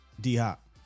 D-Hop